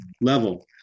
level